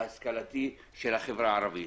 ההשכלתי של החברה הערבית.